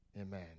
Amen